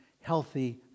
healthy